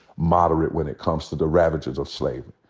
moderate when it comes to the ravages of slavery.